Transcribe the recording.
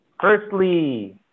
Firstly